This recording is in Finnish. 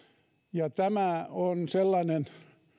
tämä on sellainen